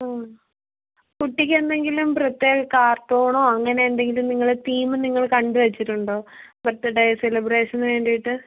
ആ കുട്ടിക്കെന്തെങ്കിലും പ്രത്യേക കാർട്ടൂണോ അങ്ങനെന്തെങ്കിലും നിങ്ങളുടെ തീമ് നിങ്ങള് കണ്ട് വെച്ചിട്ടുണ്ടോ ബെർത്ത്ടേ സെലിബ്രേഷന് വേണ്ടിയിട്ട്